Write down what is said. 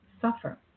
suffer